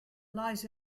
lies